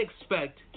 expect